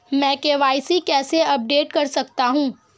मैं के.वाई.सी कैसे अपडेट कर सकता हूं?